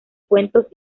cuentos